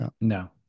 No